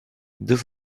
that